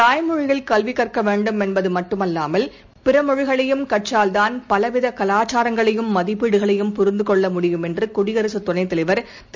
தாய்மொழியில் கல்விகற்கவேண்டும் என்பதுமட்டுமல்லாமல் பிறமொழிகளையும் கற்றால்தான் பலவிதகலாச்சாரங்களையும் மதிப்பீடுகளையும் புரிந்துகொள்ளமுடியும் என்றுகுடியரகத் துணைத் தலைவர் திரு